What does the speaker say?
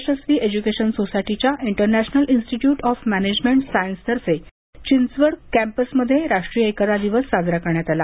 यशस्वी education सोसायटीच्या international institute of management science तर्फे चिंचवड कॅम्पसमध्ये राष्ट्रीय एकता दिवस साजरा करण्यात आला